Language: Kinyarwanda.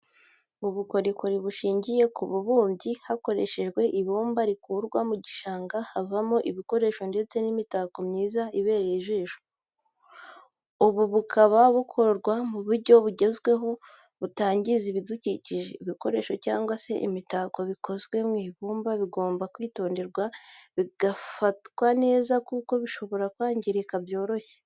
Ubukorikori bushingiye ku bubumbyi hakoreshejwe ibumba rikurwa mu gishanga buvamo ibikoresho ndetse n'imitako myiza ibereye ijisho, ubu bukaba bukorwa mu buryo bugezweho butangiza ibidukikije. ibikoresho cyangwa se imitako bikozwe mu ibumba bigomba kwitonderwa bigafatwa neza kuko bishobora kwangirika byoroshye.